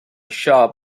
shop